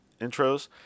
intros